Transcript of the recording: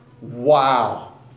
wow